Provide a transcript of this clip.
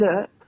look